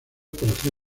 para